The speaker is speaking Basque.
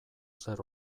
zer